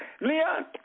Leon